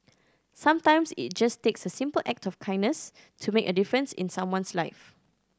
sometimes it just takes a simple act of kindness to make a difference in someone's life